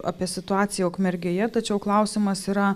apie situaciją ukmergėje tačiau klausimas yra